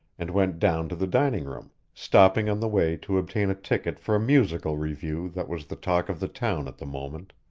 and went down to the dining room, stopping on the way to obtain a ticket for a musical revue that was the talk of the town at the moment.